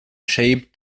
shaped